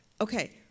Okay